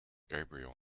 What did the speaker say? gabriel